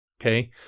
okay